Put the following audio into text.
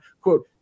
quote